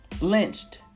lynched